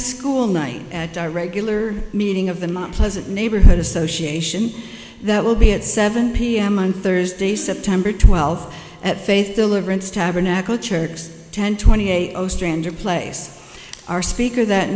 a school night at our regular meeting of the ma pleasant neighborhood association that will be at seven p m on thursday september twelfth at face deliverance tabernacle church ten twenty eight stranger place our speaker that